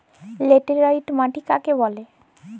Laterite মাটি কাকে বলে?